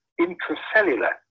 intracellular